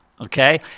Okay